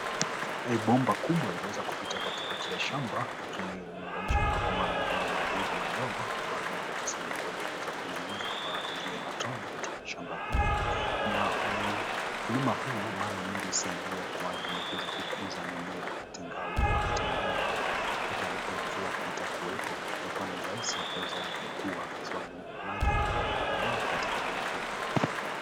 Bomba kubwa limeweza kupita katikati ya shamba, likiunganishwa na mabomba mengine madogo madogo, ambayo imeweza kusaidia kwa kunyunyiza kwa njia ya matone katika shamba hili. Na ukulima huu mara nyingi husaidia kwa ajili ya kuweza kukuza mimiea, hata ingawa huenda wakati mwingine, wakati ambapo mvua haitakuwepo kutakua na urahisi wa kuweza kukua kwa sababu maji yatakua mengi katika eneo hili.